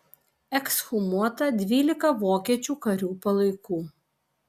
ekshumuota dvylika vokiečių karių palaikų